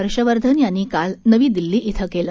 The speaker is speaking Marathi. हर्षवर्धन यांनी काल दिल्ली इथं केलं